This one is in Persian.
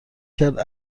کرد